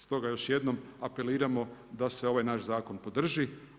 Stoga još jednom apeliramo da se ovaj naš zakon podrži.